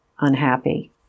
unhappy